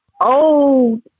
old